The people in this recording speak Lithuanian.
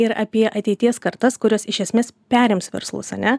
ir apie ateities kartas kurios iš esmės perims verslus ane